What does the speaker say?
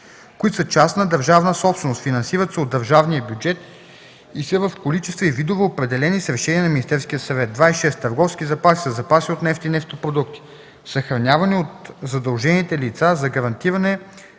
които са частна държавна собственост, финансират се от държавния бюджет и са в количества и видове, определени с решение на Министерския съвет. 26. „Търговски запаси” са запаси от нефт и нефтопродукти, съхранявани от задължените лица за гарантиране